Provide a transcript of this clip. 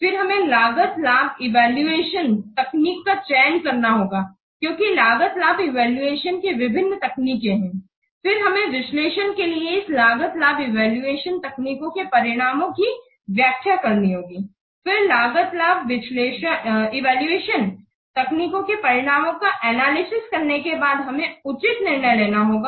फिर हमें लागत लाभ इवैल्यूएशन तकनीक का चयन करना होगा क्योकि लागत लाभ इवैल्यूएशन कि विभिन्न तकनीकें हैं फिर हमें विश्लेषण के लिए इस लागत लाभ इवैल्यूएशन तकनीकों के परिणामों की व्याख्या करनी होगी और फिर लागत लाभ इवैल्यूएशन तकनीकों के परिणामों का एनालिसिस करने के बाद हमें उचित निर्णय लेना होगा